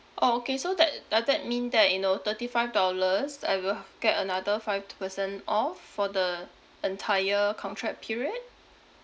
orh okay so that uh uh that mean that you know thirty five dollars I will h~ get another five percent off for the entire contract period